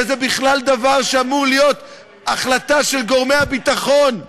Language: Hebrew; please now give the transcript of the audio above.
שזה בכלל דבר שאמור להיות החלטה של גורמי הביטחון,